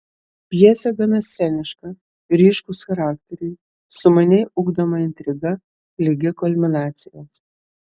pjesė gana sceniška ryškūs charakteriai sumaniai ugdoma intriga ligi kulminacijos